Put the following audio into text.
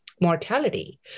mortality